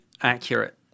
accurate